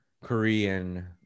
Korean